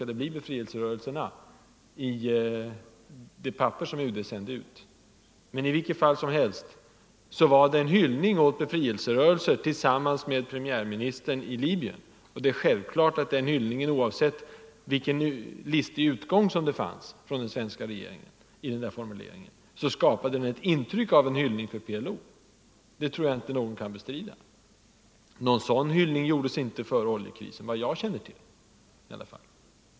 Det är självklart att den hållningen oavsett vilken tolkning av uttrycket som gjordes av den svenska regeringen, skapade ett intryck av en hyllning för PLO. Det tror jag inte att någon kan bestrida. Någon sådan hyllning förekom inte, såvitt jag känner till, före oljekrisen.